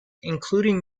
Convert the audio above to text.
including